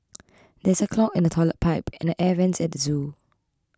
there is a clog in the Toilet Pipe and the Air Vents at the zoo